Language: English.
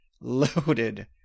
loaded